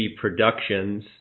Productions